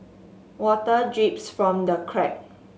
water drips from the crack